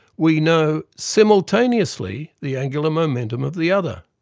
we know simultaneously the angular momentum of the other.